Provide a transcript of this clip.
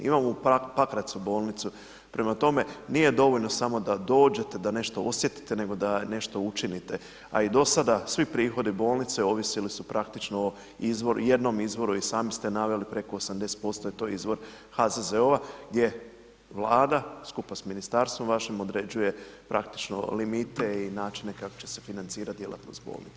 Imao u Pakracu bolnicu, prema tome nije dovoljno samo da dođete, da nešto osjetite nego da i nešto učinite, a i dosada svi prihodi bolnice ovisili su praktično o izvoru, jednom izvoru i sami ste naveli preko 80% je to izvor HZZO-a je Vlada skupa s ministarstvom vašim određuje praktično limite i načine kako će se financirani djelatnost bolnice.